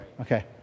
Okay